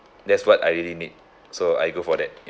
that's what I really need so I go for that ya